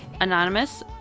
anonymous